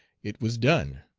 it was done.